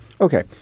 Okay